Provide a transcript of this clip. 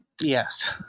Yes